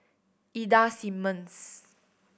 Ida Simmons